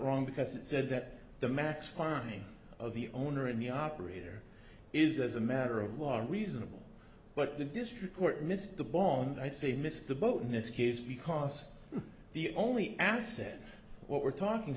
wrong because it said that the match planning of the owner and the operator is as a matter of law reasonable but the district court missed the bond i'd say missed the boat in this case because the only asset what we're talking